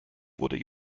wurde